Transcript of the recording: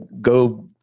go